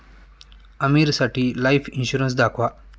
आमीरसाठी life insurance दाखवा